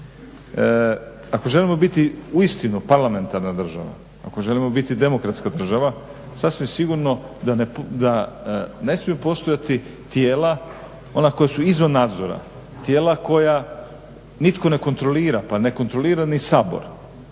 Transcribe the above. Ako želimo biti uistinu parlamentarna država, ako želimo biti demokratska država, sasvim sigurno da ne smije postojati tijela ona koja su izvan nadzora, tijela koja nitko ne kontrolira pa ne kontrolira ni Sabor.